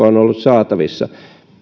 on ollut saatavissa